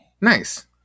nice